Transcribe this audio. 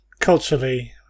culturally